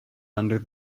under